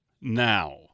now